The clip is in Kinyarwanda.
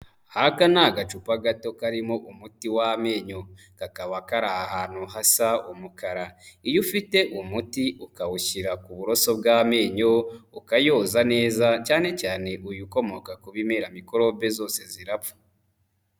Aka ni agacupa gato karimo umuti w'amenyo, kakaba kari ahantu hasa umukara, iyo ufite umuti ukawushyira ku buroso bw'amenyo ukayoza neza cyane cyane uyu ukomoka ku bimera mikorobe zose zirapfa.